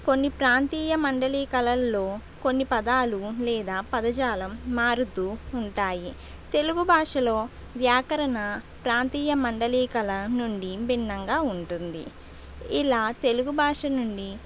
కొన్ని ప్రాంతీయ మండలి కళల్లో కొన్ని పదాలు లేదా పదజాలం మారుతూ ఉంటాయి తెలుగు భాషలో వ్యాకరణ ప్రాంతీయ మండలికల నుండి భిన్నంగా ఉంటుంది ఇలా తెలుగు భాష నుండి